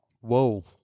Whoa